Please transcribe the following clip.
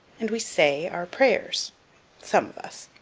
and we say our prayers some of us.